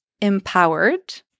empowered